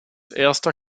erster